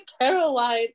Caroline